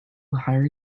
hired